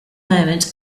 moment